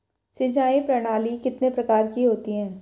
सिंचाई प्रणाली कितने प्रकार की होती हैं?